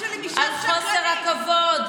על חוסר הכבוד,